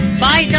by